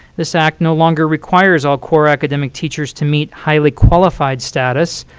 this act no longer requires all core academic teachers to meet highly qualified status.